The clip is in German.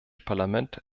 parlament